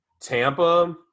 Tampa